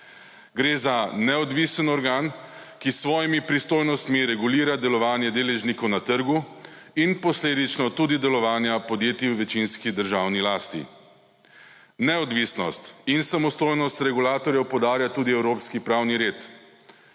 Gre za neodvisen organ, ki s svojimi pristojnostmi regulira delovanje deležnikov na trgu in posledično tudi delovanja podjetij v večinski državni lasti. Neodvisnost in samostojnost regulatorjev poudarja tudi evropski pravni red.